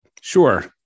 Sure